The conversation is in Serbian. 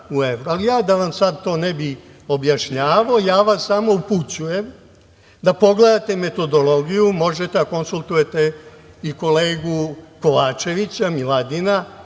u evro. Da vam sada to ne bih ja objašnjavao, ja vam samo upućujem da pogledate metodologiju, možete da konsultujete i kolegu Kovačevića Miladina,